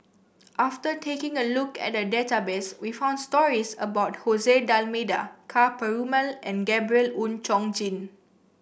after taking a look at the database we found stories about Jose D'Almeida Ka Perumal and Gabriel Oon Chong Jin